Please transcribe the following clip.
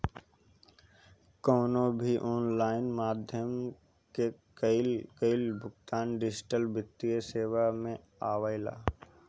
कवनो भी ऑनलाइन माध्यम से कईल गईल भुगतान डिजिटल वित्तीय सेवा में आवेला